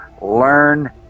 learn